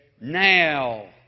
Now